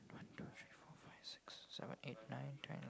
one two three four five six seven eight nine ten eleven twelve